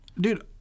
dude